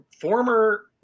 Former